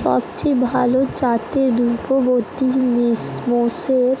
সবচেয়ে ভাল জাতের দুগ্ধবতী মোষের